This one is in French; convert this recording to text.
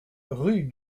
rue